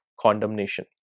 condemnation